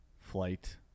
flight